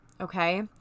Okay